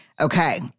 Okay